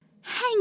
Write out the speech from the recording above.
Hang